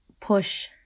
push